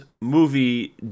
movie